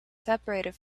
separated